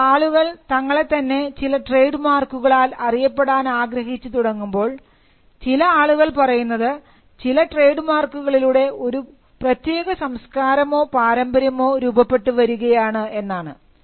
അപ്പോൾ ആളുകൾ തങ്ങളെ തന്നെ ചില ട്രേഡ് മാർക്കുകളാൽ അറിയപ്പെടാൻ ആഗ്രഹിച്ച് തുടങ്ങുമ്പോൾ ചില ആളുകൾ പറയുന്നത് ചില ട്രേഡ് മാർക്കുകളിലൂടെ ഒരു പ്രത്യേക സംസ്ക്കാരമോ പാരമ്പര്യമോ രൂപപ്പെട്ടു വരികയാണ് എന്നാണ്